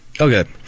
Okay